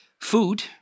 food